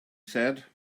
said